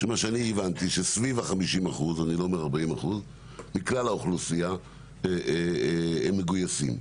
שמה שאני הבנתי שסיב ה-50% מכלל האוכלוסייה הם מגויסים.